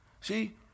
See